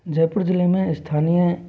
जयपुर जिले में स्थानीय